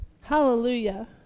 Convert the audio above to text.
Hallelujah